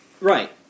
Right